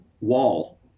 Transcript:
wall